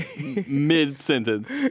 mid-sentence